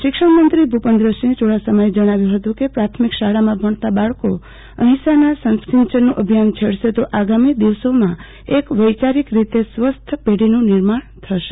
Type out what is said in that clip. શિક્ષણમંત્રીશ્રી ભુપેન્દ્રસિંહ ચુડાસમાએ જજ્ઞાવ્યું હતું કે પ્રાથમિ શાળામાં ભજ્ઞતા બાળકો અહિંસાના સંસ્કાર સિંચનનું અભિયાન છેડશે તો આગામી દિવસોમાં એક વૈચારિક રીતે સ્વસ્થ પેઢીનું નિર્માણ થશે